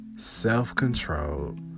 Self-controlled